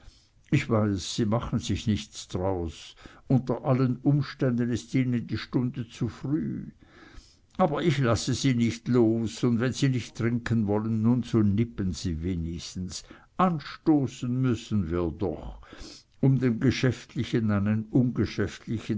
ich weiß sie machen sich nichts draus unter allen umständen ist ihnen die stunde zu früh aber ich lasse sie nicht los und wenn sie nicht trinken wollen nun so nippen sie wenigstens anstoßen müssen wir doch um dem geschäftlichen einen